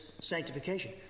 sanctification